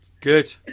Good